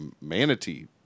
manatee